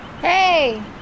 Hey